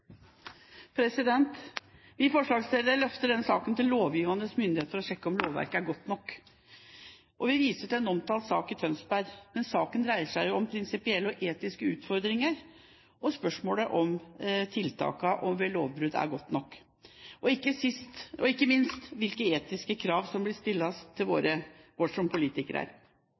omtalt sak i Tønsberg. Men saken dreier seg om prinsipielle og etiske utfordringer og spørsmålet om tiltakene ved lovbrudd er gode nok, og sist, men ikke minst, hvilke etiske krav som bør stilles til oss som politikere. Det bør stilles større krav til oss som politikere